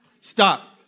stop